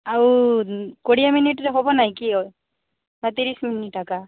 ଆଉ କୋଡ଼ିଏ ମିନଟ୍ରେ ହବନାଇଁକି ନା ତିରିଶ ମିନଟ୍ ଏକା